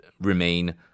remain